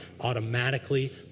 automatically